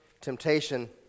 temptation